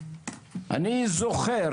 אני זוכר